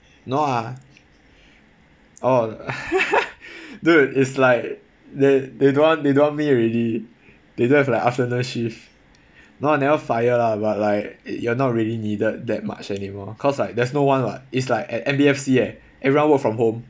no ah oh dude is like they they don't want they don't want me already they don't have like afternoon shift no ah never fire lah but like you're not really needed that much anymore cause like there's no one what it's like at M_B_F_C eh everyone work from home